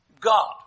God